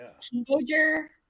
teenager